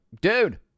dude